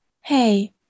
Hey